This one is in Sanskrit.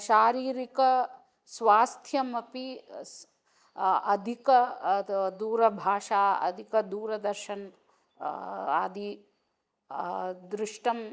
शारीरकस्वास्थ्यम् अपि स् अधिकं त दूरभाषा अधिकदूरदर्शनम् आदि दृष्टं